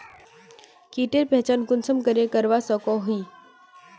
कीटेर पहचान कुंसम करे करवा सको ही?